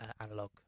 analog